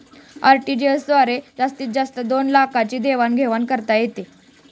RTGS द्वारे जास्तीत जास्त दोन लाखांची देवाण घेवाण करता येते